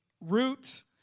Roots